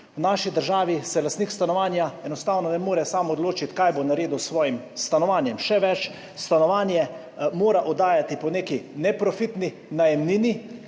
V naši državi se lastnik stanovanja enostavno ne more sam odločiti, kaj bo naredil s svojim stanovanjem. Še več, stanovanje mora oddajati po neki neprofitni najemnini,